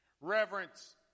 reverence